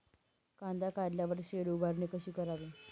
कांदा काढल्यावर शेड उभारणी कशी करावी?